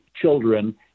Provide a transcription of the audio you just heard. children